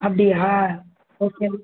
அப்படியா ஓகே